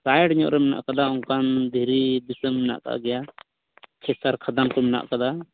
site ᱧᱚᱜ ᱨᱮ ᱢᱮᱱᱟᱜ ᱟᱠᱟᱫᱟ ᱚᱱᱠᱟᱱ ᱫᱷᱤᱨᱤ ᱫᱤᱥᱚᱢ ᱢᱮᱱᱟᱜ ᱟᱠᱟᱫ ᱜᱮᱭᱟ ᱠᱮᱥᱟᱨ ᱠᱷᱟᱫᱟᱱ ᱠᱚ ᱢᱮᱱᱟᱜ ᱟᱠᱟᱫᱟ